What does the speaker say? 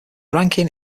ranking